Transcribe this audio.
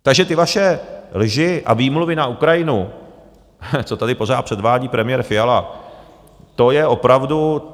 Takže ty vaše lži a výmluvy na Ukrajinu, co tady pořád předvádí premiér Fiala, to je opravdu...